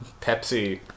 Pepsi